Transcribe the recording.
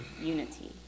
unity